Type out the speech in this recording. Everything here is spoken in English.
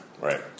Right